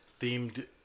Themed